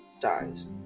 dies